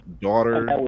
daughter